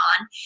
on